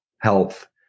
health